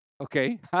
Okay